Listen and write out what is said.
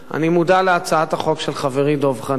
אני מודע להצעת החוק של חברי דב חנין.